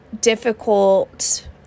difficult